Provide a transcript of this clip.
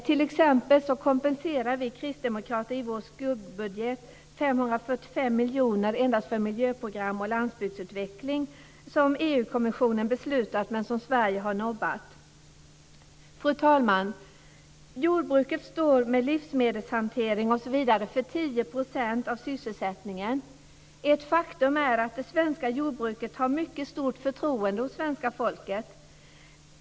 T.ex. kompenserar vi kristdemokrater i vår skuggbudget med 545 miljoner kronor för miljöprogram och landsbygdsutveckling som EU-kommissionen har fattat beslut om men som Sverige har nobbat. Fru talman! Jordbruket står, med livsmedelshantering osv., för 10 % av sysselsättningen. Ett faktum är att det svenska jordbruket har mycket stort förtroende hos svenska folket.